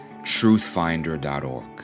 truthfinder.org